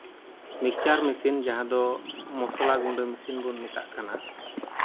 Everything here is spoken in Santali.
ᱢᱤᱠᱥᱪᱟᱨ ᱢᱮᱥᱤᱱ ᱡᱟᱦᱟᱸ ᱫᱚ ᱢᱚᱥᱞᱟ ᱜᱩᱰᱟᱹ ᱢᱮᱥᱤᱱ ᱵᱚᱱ ᱢᱮᱛᱟᱜ ᱠᱟᱱᱟ